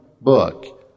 book